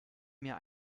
mir